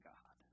God